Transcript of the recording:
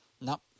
No